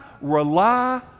rely